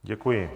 Děkuji.